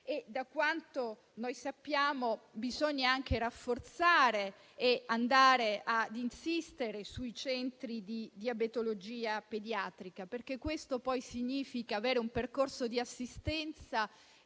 da quanto sappiamo, bisogna anche rafforzare e insistere sui centri di diabetologia pediatrica, perché questo poi significa avere un percorso di assistenza